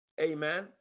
Amen